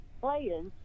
players